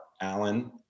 Alan